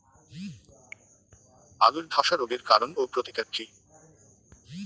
আলুর ধসা রোগের কারণ ও প্রতিকার কি?